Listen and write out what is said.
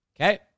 okay